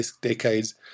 decades